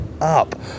up